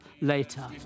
later